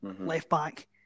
left-back